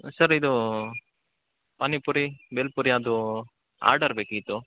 sir ಇದು ಪಾನಿಪುರಿ ಭೇಲ್ಪುರಿ ಅದು order ಬೇಕಿತ್ತು